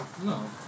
No